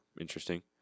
interesting